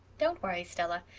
don't worry, stella.